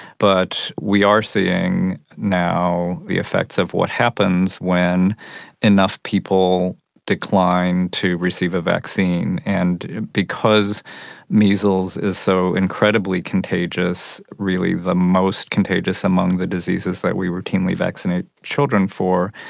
but we are seeing now the effects of what happens when enough people decline to receive a vaccine. and because measles is so incredibly contagious, really the most contagious among the diseases that we routinely vaccinate children for,